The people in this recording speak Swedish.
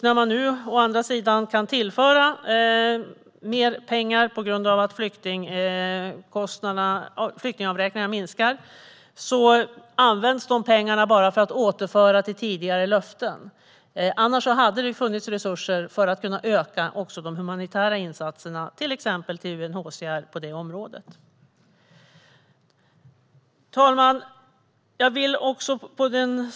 När man nu å andra sidan kan tillföra mer pengar på grund av att flyktingavräkningarna minskar används dessa pengar bara för att återföra i fråga om tidigare löften. Annars hade det funnits resurser för att kunna öka också de humanitära insatserna till exempel till UNHCR på detta område. Herr talman!